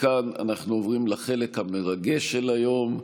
מכאן אנחנו עוברים לחלק המרגש של היום,